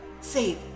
save